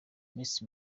miss